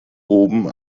oben